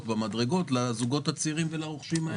במדרגות לזוגות הצעירים ולרוכשים האלה.